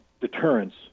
deterrence